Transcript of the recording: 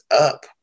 up